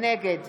נגד